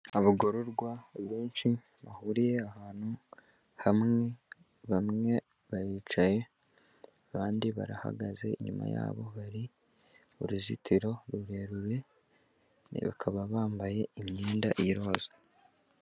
Abagororwa benshi bahuriye ahantu hamwe, bamwe baricaye abandi barahagaze, inyuma yabo hari uruzitiro rurerure, bakaba bambaye imyenda y'iroza.